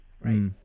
Right